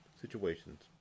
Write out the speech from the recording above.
situations